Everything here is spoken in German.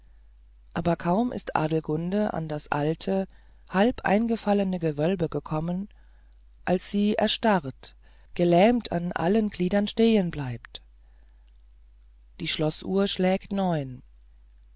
aber kaum ist adelgunde an das alte halb eingefallene gewölbe gekommen als sie erstarrt gelähmt an allen gliedern stehen bleibt die schloßuhr schlägt neun